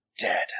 dead